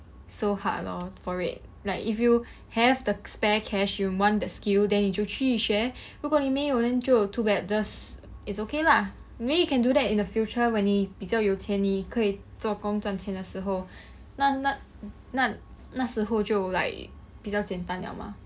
so hard lor for it like if you have the spare cash you want that skill then 你就去学如果你沒有 then 就 too bad just it's okay lah maybe you can do that in the future when 你比较有钱你可以作工赚钱的时候那那那那时候就 like 比较简单了 mah